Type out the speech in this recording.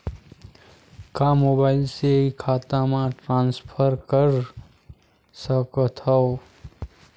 का मोबाइल से खाता म ट्रान्सफर कर सकथव?